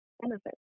benefits